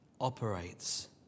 operates